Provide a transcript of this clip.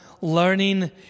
learning